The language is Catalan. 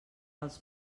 als